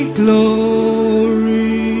glory